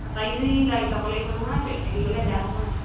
আটাইকেইজনী যাব লাগিব নহয় থাকি গ'লে বেয়া হ'ব নাই